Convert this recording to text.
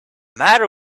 matter